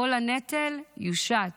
כל הנטל יושת